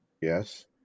Yes